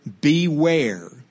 beware